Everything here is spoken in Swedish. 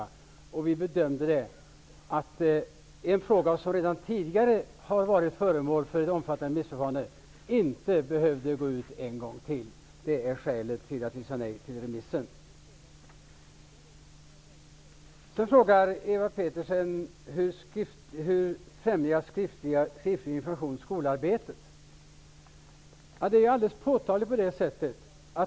Vi gjorde också bedömningen att en fråga som redan förut hade varit föremål för ett omfattande remissförfarande inte behövde gå ut på remiss en gång till. Det är skälet till att vi sade nej till en remiss. Ewa Hedkvist Petersen frågade hur skriftlig information främjar skolarbetet.